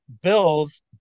Bills